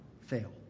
fail